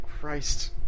Christ